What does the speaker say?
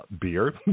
beer